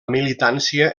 militància